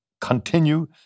continue